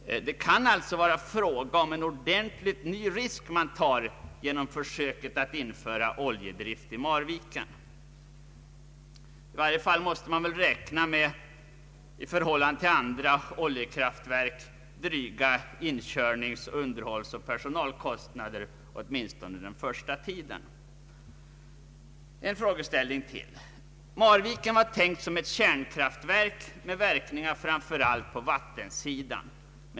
Det kan alltså vara fråga om att man tar en stor risk genom försöket med oljedrift i Marviken. I varje fall måste man väl räkna med i förhållande till andra oljekraftverk dryga inkörnings-, underhållsoch personalkostnader under den första tiden. Ytterligare en frågeställning: Marviken var tänkt som ett kärnkraftverk med verkningar framför allt på vattensidan.